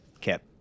Kip